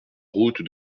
route